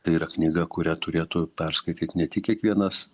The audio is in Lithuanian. tai yra knyga kurią turėtų perskaityt ne tik kiekvienas